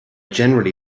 generally